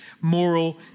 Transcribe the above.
moral